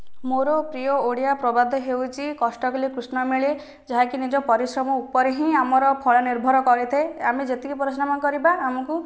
ମୋର ପ୍ରିୟ ଓଡ଼ିଆ ପ୍ରବାଦ ହେଉଛି କଷ୍ଟ କଲେ କୃଷ୍ଣ ମିଳେ ଯାହାକି ନିଜ ପରିଶ୍ରମ ଉପରେ ହିଁ ଆମର ଫଳ ନିର୍ଭର କରିଥାଏ ଆମେ ଯେତିକି ପରିଶ୍ରମ କରିବା ଆମକୁ